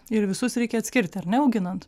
ir visus reikia atskirti ar ne auginant